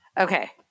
Okay